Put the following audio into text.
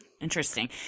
Interesting